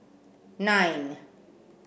nine